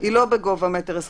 היא לא בגובה 1.20